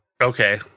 Okay